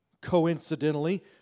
coincidentally